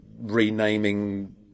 renaming